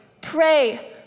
Pray